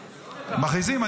--- מכריזים.